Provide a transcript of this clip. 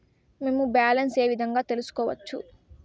మేము బ్యాలెన్స్ ఏ విధంగా తెలుసుకోవచ్చు?